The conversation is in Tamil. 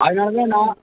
அதனால் தான் நான்